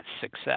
success